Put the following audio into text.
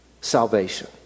salvation